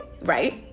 right